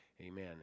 amen